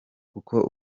kuko